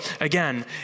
again